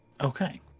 Okay